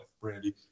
brandy